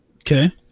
Okay